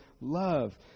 love